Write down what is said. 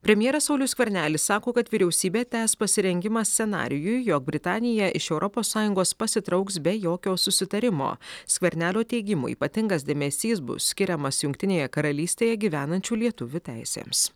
premjeras saulius skvernelis sako kad vyriausybė tęs pasirengimą scenarijui jog britanija iš europos sąjungos pasitrauks be jokio susitarimo skvernelio teigimu ypatingas dėmesys bus skiriamas jungtinėje karalystėje gyvenančių lietuvių teisėms